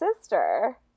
sister